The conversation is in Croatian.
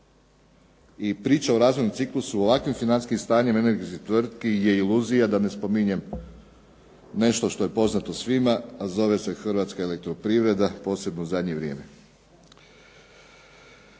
i priča o razvojnom ciklusu u ovakvim financijskim stanjima energetskih tvrtki je iluzija, da ne spominjem nešto što je poznato svima, a zove se hrvatska elektroprivreda, posebno u zadnje vrijeme.